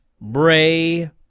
Bray